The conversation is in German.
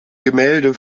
gemälde